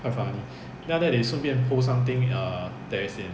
quite funny then after that they 顺便 post something that is in